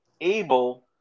able